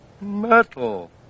metal